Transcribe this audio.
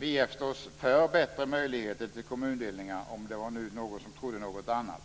Vi är förstås för bättre möjligheter till kommundelningar, om nu någon trodde något annat.